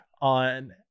on